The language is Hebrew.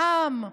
העם,